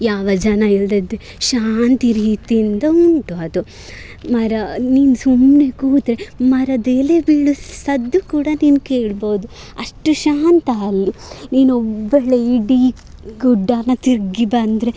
ಯಾವ ಜನ ಇಲ್ಲದದ್ದೆ ಶಾಂತಿ ರೀತಿಯಿಂದ ಉಂಟು ಅದು ಮರ ನೀನು ಸುಮ್ಮನೆ ಕೂತರೆ ಮರದ ಎಲೆ ಬೀಳೋ ಸದ್ದು ಕೂಡ ನೀನು ಕೇಳ್ಬೋದು ಅಷ್ಟು ಶಾಂತ ಅಲ್ಲಿ ನೀನೊಬ್ಬಳೇ ಇಡೀ ಗುಡ್ಡನ ತಿರುಗಿ ಬಂದರೆ